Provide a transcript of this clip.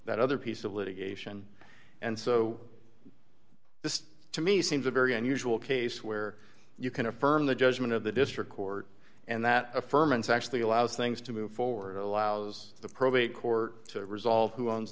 that other piece of litigation and so this to me seems a very unusual case where you can affirm the judgment of the district court and that affirms actually allows things to move forward allows the probate court to resolve who owns